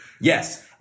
Yes